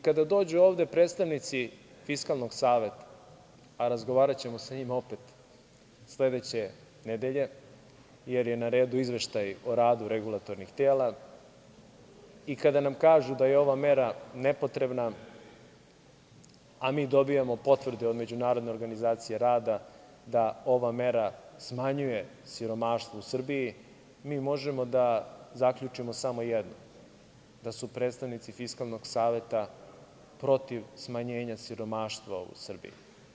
Kada dođu ovde predstavnici Fiskalnog saveta, a razgovaraćemo sa njima opet sledeće nedelje, jer je na redu izveštaj o radu regulatornih tela, i kada nam kažu da je ova mera nepotrebna, a mi dobijamo potvrde od Međunarodne organizacije rada da ova mera smanjuje siromaštvo u Srbiji, mi možemo da zaključimo samo jedno, a to je da su predstavnici Fiskalnog saveta protiv smanjenja siromaštva u Srbiji.